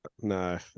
No